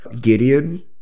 Gideon